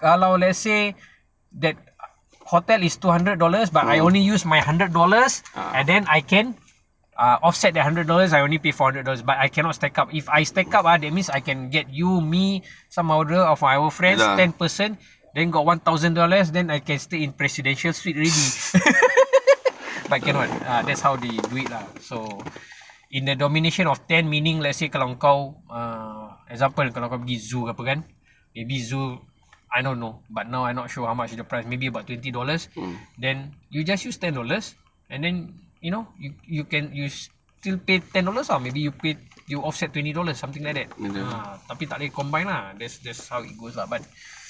kalau let's say that hotel is two hundred dollars but I only use my hundred dollars and then I can uh offset their hundred dollars I only pay four hundred dollars but I cannot stack up if I stack up ah that means I can get you me some other of my friends ten person then got one thousand dollars then I can stay in presidential suite already but cannot that's how they do it lah so in the domination of ten meaning let say kalau kau example kalau kau pergi zoo ke apa kan maybe zoo I don't know but now I'm not sure how much is the price maybe about twenty dollars then you just use ten dollars and then you know you you can use still pay ten dollars lah or maybe you pay you offset twenty dollars something like that ah tapi tak boleh combine lah that's how it goes but